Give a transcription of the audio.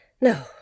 No